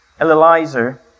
Eliezer